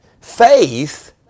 Faith